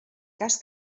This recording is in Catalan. cas